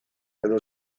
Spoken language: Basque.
edo